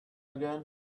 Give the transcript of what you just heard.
again